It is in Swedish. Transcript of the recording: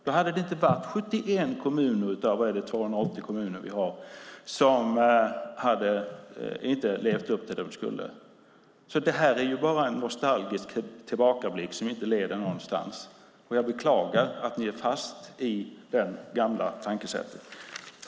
Då hade det inte varit 71 kommuner av 280 som inte gjorde vad de skulle. Det här är ju bara en nostalgisk tillbakablick som inte leder någonstans. Jag beklagar att ni är fast i det gamla tankesättet.